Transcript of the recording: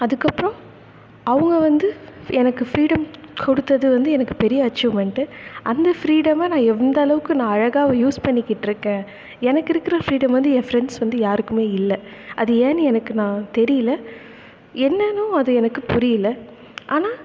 அதுக்கப்பறம் அவங்க வந்து எனக்கு ஃப்ரீடம் கொடுத்தது வந்து எனக்கு பெரிய அச்சிவ்மெண்ட்டு அந்த ஃப்ரீடமை நான் எந்தளவுக்கு நான் அழகாக யூஸ் பண்ணிக்கிட்டுருக்கேன் எனக்கு இருக்கிற ஃப்ரீடம் வந்து என் ஃப்ரெண்ட்ஸ் வந்து யாருக்குமே இல்லை அது ஏன்னு எனக்கு நான் தெரியல என்னென்றும் அது எனக்கு புரியலை ஆனால்